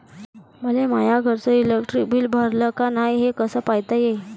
मले माया घरचं इलेक्ट्रिक बिल भरलं का नाय, हे कस पायता येईन?